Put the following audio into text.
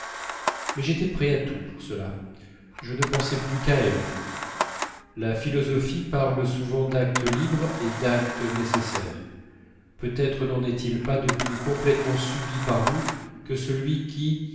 mais j'étais prêt à tout pour cela je ne pensais plus qu'à elle la philosophie parle souvent d'actes libres et d'actes nécessaires peut-être n'en est-il pas de plus complètement subi par nous que celui qui